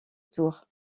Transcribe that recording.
tour